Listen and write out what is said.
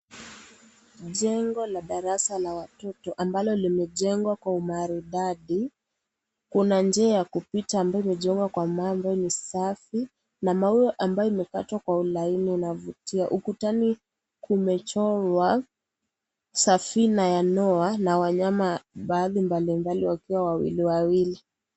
Jengo la darasa la watoto ambalo limejengwa kwa umaridadi kuna njia ya kupita ambayo imejengwa kwa maua ambayo ni safi na maua ambayo imekatwa kwa ulaini inavutia. Ukutani kumechorwa safina ya Noah na wanyama baadhi mbali mbali wakiwa wawili wawili.